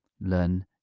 learn